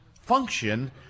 function